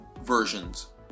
versions